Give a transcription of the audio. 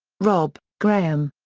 robb, graham.